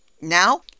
Now